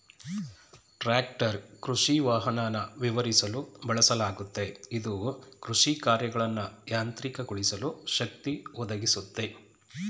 tractor ಕೃಷಿವಾಹನನ ವಿವರಿಸಲು ಬಳಸಲಾಗುತ್ತೆ ಇದು ಕೃಷಿಕಾರ್ಯಗಳನ್ನ ಯಾಂತ್ರಿಕಗೊಳಿಸಲು ಶಕ್ತಿ ಒದಗಿಸುತ್ತೆ